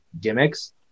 gimmicks